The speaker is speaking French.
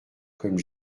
comme